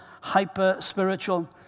hyper-spiritual